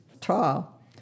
tall